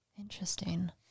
interesting